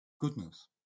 goodness